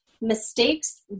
mistakes